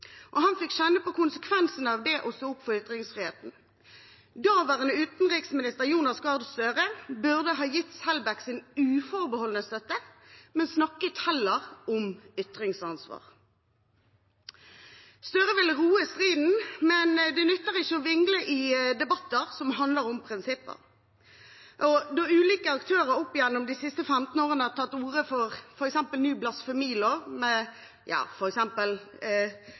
Han fikk kjenne på konsekvensene av det å stå opp for ytringsfriheten. Daværende utenriksminister Jonas Gahr Støre burde ha gitt Selbekk sin uforbeholdne støtte, men snakket heller om ytringsansvar. Gahr Støre ville roe striden, men det nytter ikke å vingle i debatter som handler om prinsipper. Når ulike aktører opp gjennom de siste 15 årene har tatt til orde for ny blasfemilov, med